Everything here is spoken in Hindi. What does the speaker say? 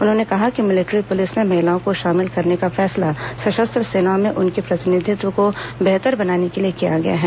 उन्होंने कहा कि मिलिट्री पुलिस में महिलाओं को शामिल करने का फैसला सशस्त्र सेनाओं में उनके प्रतिनिधित्व को बेहतर बनाने के लिए किया गया है